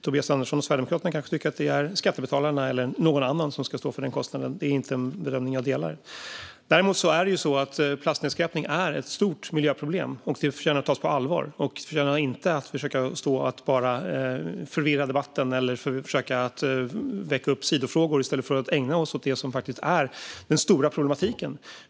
Tobias Andersson och Sverigedemokraterna kanske tycker att det är skattebetalarna eller någon annan som ska stå för denna kostnad. Den bedömningen delar jag inte. Plastnedskräpning är ett stort miljöproblem som förtjänar att tas på allvar utan att man förvirrar debatten eller väcker sidofrågor. Vi behöver ägna oss åt den stora problematiken.